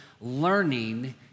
learning